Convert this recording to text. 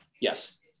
Yes